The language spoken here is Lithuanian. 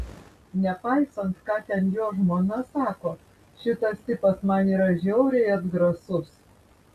nepaisant ką ten jo žmona sako šitas tipas man yra žiauriai atgrasus